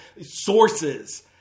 sources